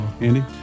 Andy